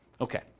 Okay